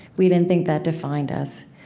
we didn't think that defined us.